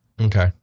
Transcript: Okay